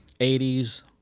80s